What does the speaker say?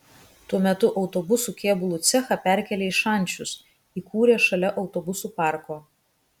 tuo metu autobusų kėbulų cechą perkėlė į šančius įkūrė šalia autobusų parko